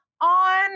on